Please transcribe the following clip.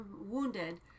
wounded